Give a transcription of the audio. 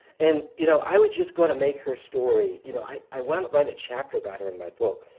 and you know i was just going to make her story you know i i wound up writing a chapter about her in my book.